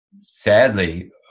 sadly